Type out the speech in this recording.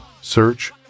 search